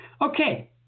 Okay